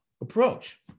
approach